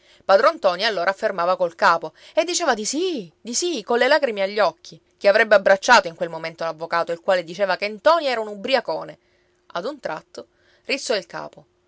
padron ntoni allora affermava col capo e diceva di sì di sì colle lagrime negli occhi ché avrebbe abbracciato in quel momento l'avvocato il quale diceva che ntoni era un ubbriacone ad un tratto rizzò il capo